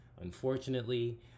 unfortunately